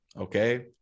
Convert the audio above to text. Okay